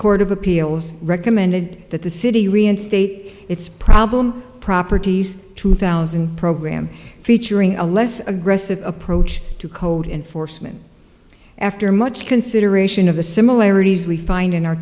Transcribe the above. court of appeals recommended that the city reinstate its problem properties two thousand program featuring a less aggressive approach to code enforcement after much consideration of the similarities we find in our